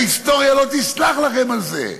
וההיסטוריה לא תסלח לכם על זה.